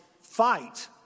fight